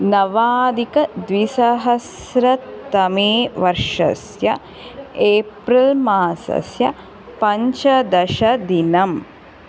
नवाधिकद्विसहस्रतमे वर्षस्य एप्रिल्मासस्य पञ्चदशदिनम्